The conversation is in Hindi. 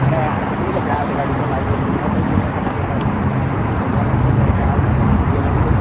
अरे यार कितनी तो प्यार से गाड़ी चलाई है तू नौटंकी ना कर अब यार अभी मतलब इतनी बढ़िया तो लैके आया हूँ यहाँ तक छोड़ दिया मैंने तो